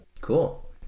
Cool